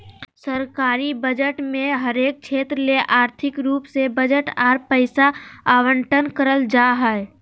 सरकारी बजट मे हरेक क्षेत्र ले आर्थिक रूप से बजट आर पैसा आवंटन करल जा हय